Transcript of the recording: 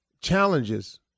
Challenges